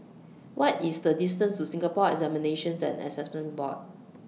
What IS The distance to Singapore Examinations and Assessment Board